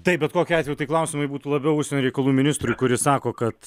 taip bet kokiu atveju tai klausimai būtų labiau užsienio reikalų ministrui kuris sako kad